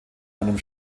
einem